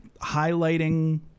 highlighting